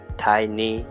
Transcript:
tiny